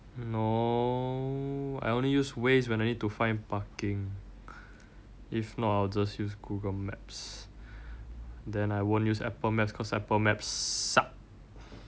no I only use Waze when I need to find parking if not I will just use Google maps then I won't use Apple maps because Apple maps suck